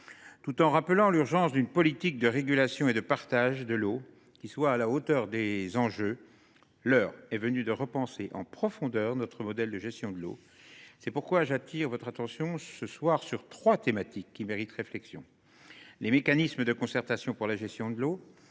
mettre en œuvre une politique de régulation et de partage de l’eau à la hauteur des enjeux. L’heure est venue de repenser en profondeur notre modèle de gestion de l’eau. C’est pourquoi j’attire votre attention, ce soir, sur trois sujets qui méritent réflexion : les mécanismes de concertation pour la gestion de l’eau,